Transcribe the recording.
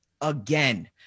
again